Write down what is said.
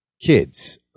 kids